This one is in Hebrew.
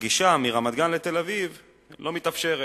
הגישה מרמת-גן לתל-אביב לא מתאפשרת.